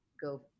go